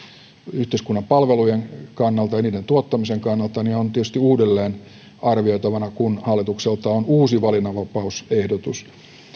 yhteiskunnan palvelujen kannalta ja niiden tuottamisen kannalta on tietysti uudelleen arvioitavana kun hallitukselta on uusi valinnanvapausehdotus